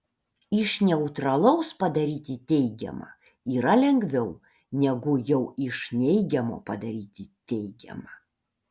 iš neutralaus padaryti teigiamą yra lengviau negu jau iš neigiamo padaryti teigiamą